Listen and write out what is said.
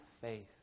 faith